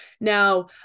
Now